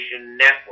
Network